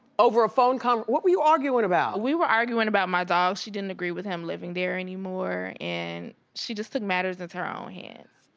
over a phone conver, what were you arguing about? we were arguing about my dog, she didn't agree with him living there anymore and she just took matters into her own hands.